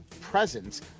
presence